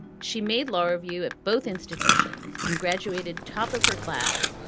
she made law review at both institutions and graduated top of her class.